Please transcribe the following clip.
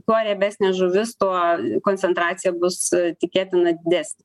kuo riebesnė žuvis tuo koncentracija bus tikėtina didesnė